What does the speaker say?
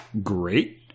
great